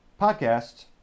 podcast